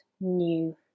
new